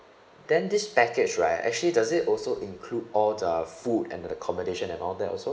then this package right actually does it also include all the food and accommodation and all that also